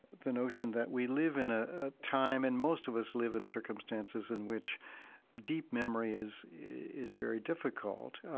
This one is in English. the notion that we live in a time and most of us live in circumstances in which deep memory is is very difficult.